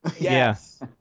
Yes